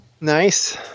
Nice